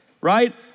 right